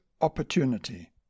Opportunity